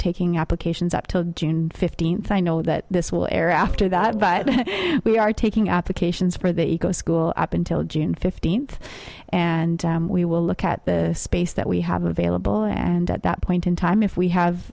taking applications up to june fifteenth i know that this will air after that but we are taking applications for the eco school op until june fifteenth and we will look at the space that we have available and at that point in time if we have